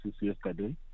yesterday